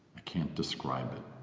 i can't describe it